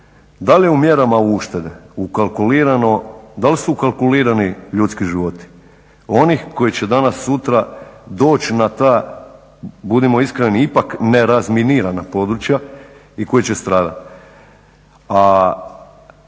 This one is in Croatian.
Da li su u mjerama uštede ukalkulirani ljudski životi onih koji će danas-sutra doći na ta budimo iskreni ipak nerazminirana područja i koji će stradati?